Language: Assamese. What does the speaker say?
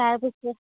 তাৰপিছত